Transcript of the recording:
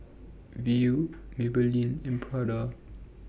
Viu Maybelline and Prada